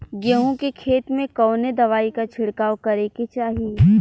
गेहूँ के खेत मे कवने दवाई क छिड़काव करे के चाही?